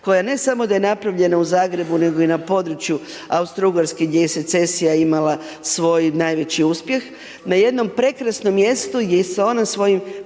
koja je, ne samo da je napravljena u Zagrebu, nego i na području Austro-Ugarske gdje je secesija imala svoj najveći uspjeh, na jednom prekrasnom mjestu gdje se ona svojim